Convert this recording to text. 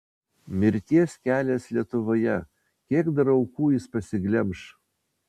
mirties kelias lietuvoje kiek dar aukų jis pasiglemš